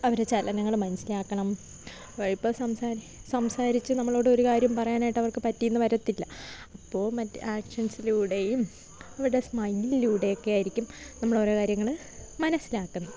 അവരെ ചലനങ്ങളും മനസ്സിലാക്കണം ഇപ്പം സംസാരിച്ച് നമ്മളോട് ഒരു കാര്യം പറയാനായിട്ട് അവർക്ക് പറ്റിയെന്ന് വരത്തില്ല അപ്പോൾ മറ്റ് ആക്ഷൻസിലൂടെയും അവരുടെ സ്മൈലിലൂടെയൊക്കെയായിരിക്കും നമ്മൾ ഓരോ കാര്യങ്ങൾ മനസ്സിലാക്കുന്നത്